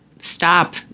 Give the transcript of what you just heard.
stop